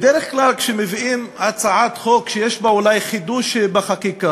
בדרך כלל כשמביאים הצעת חוק שיש בה אולי חידוש בחקיקה,